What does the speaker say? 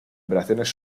operaciones